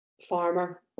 farmer